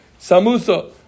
samusa